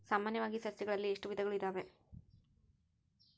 ಸಾಮಾನ್ಯವಾಗಿ ಸಸಿಗಳಲ್ಲಿ ಎಷ್ಟು ವಿಧಗಳು ಇದಾವೆ?